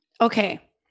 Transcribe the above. Okay